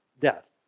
death